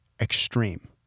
extreme